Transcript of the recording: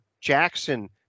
Jackson